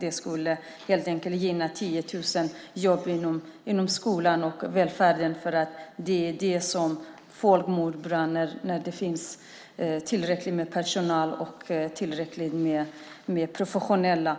De skulle gynna 10 000 jobb inom skolan och välfärden. Folk mår bra när det finns tillräckligt med professionell